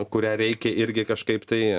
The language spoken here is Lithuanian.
kurią reikia irgi kažkaip tai